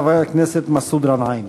חבר הכנסת מסעוד גנאים.